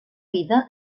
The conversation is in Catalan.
vida